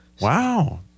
Wow